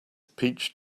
peach